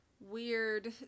weird